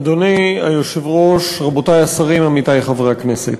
אדוני היושב-ראש, רבותי השרים, עמיתי חברי הכנסת,